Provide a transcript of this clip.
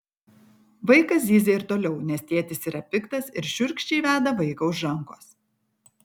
vaikas zyzia ir toliau nes tėtis yra piktas ir šiurkščiai veda vaiką už rankos